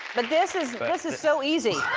but this is this is so easy.